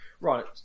right